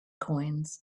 coins